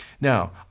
Now